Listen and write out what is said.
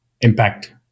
impact